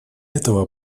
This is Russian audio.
этого